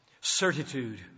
Certitude